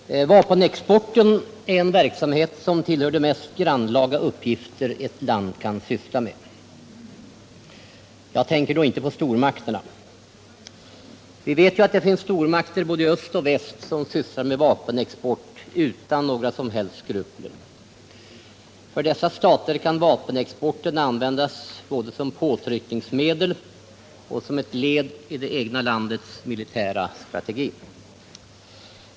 Herr talman! Vapenexport är en verksamhet som tillhör de mest grannlaga uppgifter ett land kan syssla med. Jag tänker då inte på stormakterna. Vi vet ju att det finns stormakter i både öst och väst som utan några som helst skrupler sysslar med vapenexport. För dessa stater kan vapenexporten användas både som påtryckningsmedel och som ett led i det egna landets militära strategi.